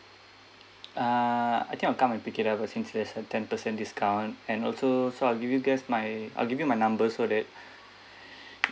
ah I think I'll come and pick it up cause since there's a ten percent discount and also so I'll give you guys my I'll give you my number so that